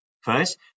First